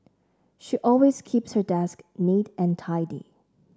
she always keeps her desk neat and tidy